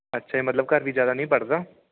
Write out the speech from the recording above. ਅੱਛਾ ਜੀ ਮਤਲਬ ਘਰ ਵੀ ਜ਼ਿਆਦਾ ਨਹੀਂ ਪੜ੍ਹਦਾ